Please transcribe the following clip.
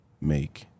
make